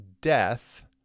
death